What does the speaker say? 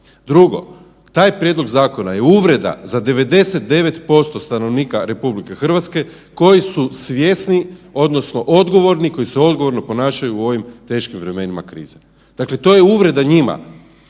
Drugo, taj prijedlog zakona je uvreda za 99% stanovnika RH koji su svjesni odnosno odgovorni, koji se odgovorno ponašaju u ovim teškim vremenima krize. Dakle, to je uvreda njima,